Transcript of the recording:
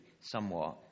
somewhat